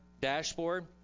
dashboard